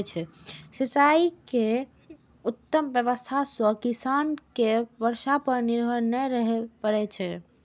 सिंचाइ के उत्तम व्यवस्था सं किसान कें बर्षा पर निर्भर नै रहय पड़ै छै